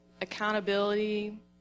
accountability